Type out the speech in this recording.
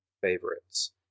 favorites